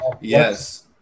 Yes